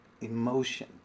Emotion